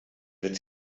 wird